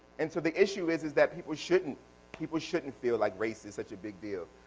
and so the issue is is that people shouldn't people shouldn't feel like race is such a big deal.